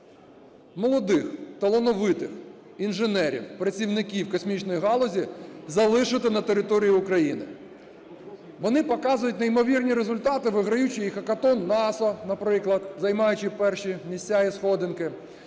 молодих, талановитих інженерів, працівників космічної галузі залишити на території України. Вони показують неймовірні результати, виграючи хакатон NASA, наприклад, займаючи перші місця і сходинки.